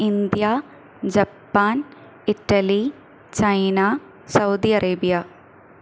India Japan Italy China Saudi Arabia